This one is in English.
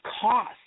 cost